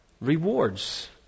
rewards